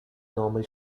normal